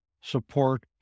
support